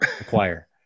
acquire